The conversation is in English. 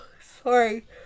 sorry